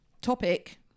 topic